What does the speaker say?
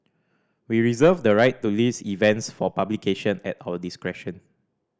we reserve the right to list events for publication at our discretion